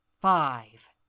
five